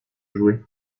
joué